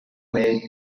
weight